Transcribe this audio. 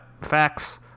Facts